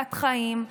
מצילת חיים,